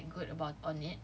like good about on it